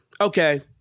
okay